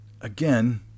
again